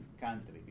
country